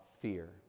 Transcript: fear